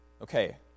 Okay